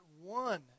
one